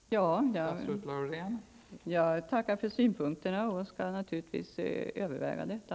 Fru talman! Jag tackar för synpunkterna och skall naturligtvis överväga detta.